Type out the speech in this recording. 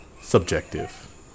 subjective